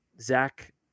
Zach